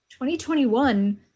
2021